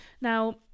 Now